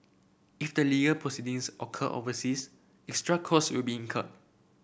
if the proceedings occur overseas extra costs will be incurred